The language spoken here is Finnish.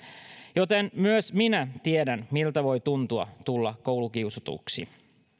joten myös minä tiedän miltä voi tuntua tulla koulukiusatuksi